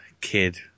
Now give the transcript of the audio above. kid